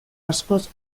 askoz